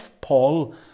Paul